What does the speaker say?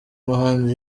muhanzi